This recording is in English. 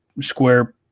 square